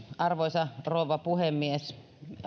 arvoisa rouva puhemies